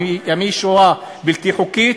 האם היא שוהה בלתי חוקית?